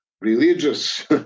religious